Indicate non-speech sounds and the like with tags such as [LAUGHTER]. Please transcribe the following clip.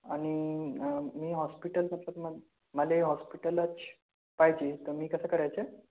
आणि मी हॉस्पिटल [UNINTELLIGIBLE] माले हॉस्पिटलच पाहिजे तर मी कसं करायचं